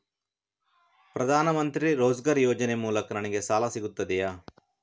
ಪ್ರದಾನ್ ಮಂತ್ರಿ ರೋಜ್ಗರ್ ಯೋಜನೆ ಮೂಲಕ ನನ್ಗೆ ಸಾಲ ಸಿಗುತ್ತದೆಯೇ?